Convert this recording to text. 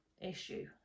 issue